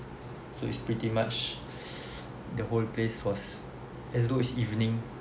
so it's pretty much the whole place was as though it's evening